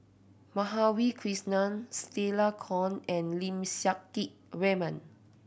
Madhavi Krishnan Stella Kon and Lim Siang Keat Raymond